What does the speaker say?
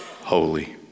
holy